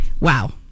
Wow